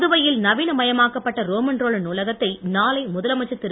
புதுவையில் நவீன மயமாக்கப்பட்ட ரோமன்ரோலண்ட் நூலகத்தை நாளை முதலமைச்சர் திரு